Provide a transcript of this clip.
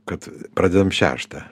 kad pradedam šeštą